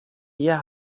hier